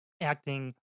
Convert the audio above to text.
acting